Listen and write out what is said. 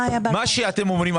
מה שאתם אומרים,